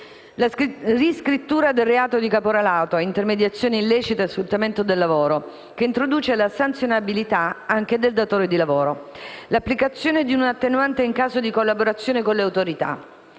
la riscrittura del reato di caporalato (intermediazione illecita e sfruttamento del lavoro), che introduce la sanzionabilità anche del datore di lavoro; l'applicazione di un'attenuante in caso di collaborazione con le autorità;